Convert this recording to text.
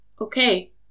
Okay